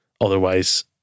Otherwise